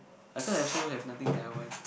and ~cause I also have nothing that I want